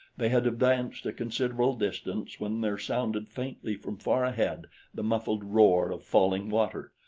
they had advanced a considerable distance when there sounded faintly from far ahead the muffled roar of falling water,